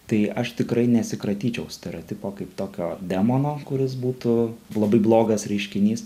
tai aš tikrai nesikratyčiau stereotipo kaip tokio demono kuris būtų labai blogas reiškinys